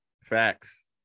Facts